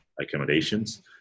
accommodations